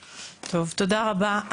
טוב, תודה רבה.